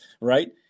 right